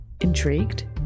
Intrigued